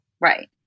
Right